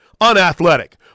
unathletic